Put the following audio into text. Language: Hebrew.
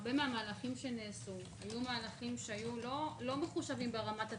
הרבה מהמהלכים שנעשו היו מהלכים שהיו לא מחושבים ברמת הצמיחה.